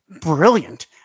brilliant